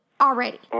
already